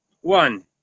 One